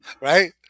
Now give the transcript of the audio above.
Right